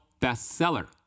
bestseller